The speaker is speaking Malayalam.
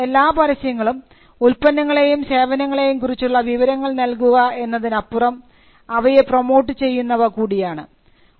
മിക്കവാറും എല്ലാ പരസ്യങ്ങളും ഉൽപ്പന്നങ്ങളേയും സേവനങ്ങളേയും കുറിച്ചുള്ള വിവരങ്ങൾ നൽകുക എന്നതിനപ്പുറം അവയെ പ്രമോട്ട് ചെയ്യുന്നവ കൂടിയാണ്